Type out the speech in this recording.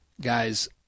guys